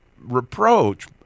reproach